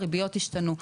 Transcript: הריביות השתנו.